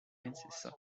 princesa